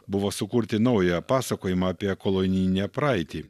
buvo sukurti naują pasakojimą apie kolonijinę praeitį